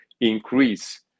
increase